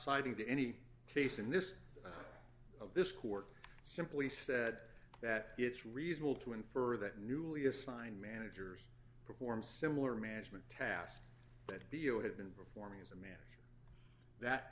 citing to any case and this of this court simply said that it's reasonable to infer that newly assigned managers perform similar management tasks that b o had been performing as a man that